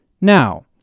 Now